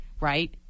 right